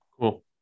Cool